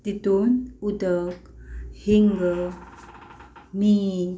तितून उदक हींग मीठ